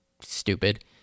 stupid